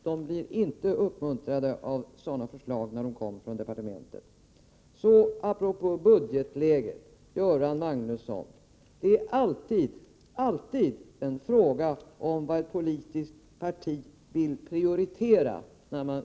De blir alltså inte uppmuntrade av sådana här förslag från departementet. Så något om budgetläget. När statens budget skall gås igenom är det alltid, Göran Magnusson, fråga om vad ett politiskt parti vill prioritera.